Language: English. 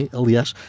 aliás